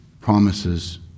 promises